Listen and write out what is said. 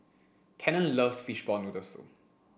Cannon loves fishball noodle soup